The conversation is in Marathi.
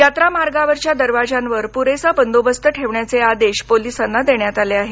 यात्रामार्गावरच्या दरवाजांवर पुरेसा बंदोबस्त ठेवण्याचे आदेश पोलिसांना देण्यात आले आहेत